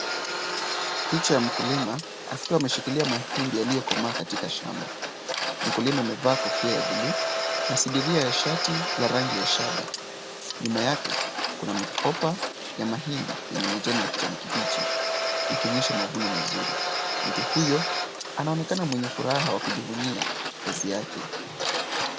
Picha ya mkulima akiwa ameshikilia mahindi yaliyokomaa katika shamba. Mkulima amevaa kofia ya bluu na sindiria ya shati la rangi ya shaba. Nyuma yake kuna mikoba ya mahindi yenye majani ya kijani kibichi ikionyesha mavuno mazuri. Mtu huyo anaonekana mwenye furaha wa kujivunia kazi yake.